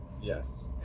Yes